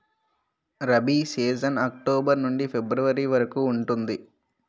rabi season October నుండి ఫిబ్రవరి వరకు ఉంటుంది